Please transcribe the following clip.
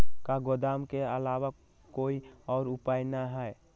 का गोदाम के आलावा कोई और उपाय न ह?